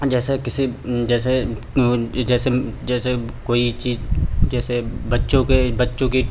जैसे किसी जैसे जैसे जैसे कोई चीज जैसे बच्चों के बच्चों की